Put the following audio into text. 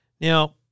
Now